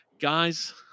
Guys